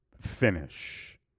finish